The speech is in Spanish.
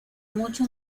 mucho